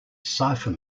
cipher